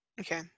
Okay